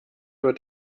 wird